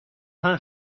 آهن